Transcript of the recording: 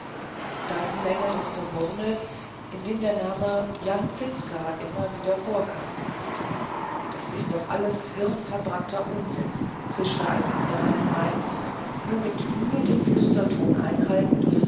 dann längeres gemurmel in dem der name jan zizka immer wieder vorkam das ist doch alles hirnverbrannter unsinn zischte ein anderer hinein nur mit mühe den flüsterton einhaltend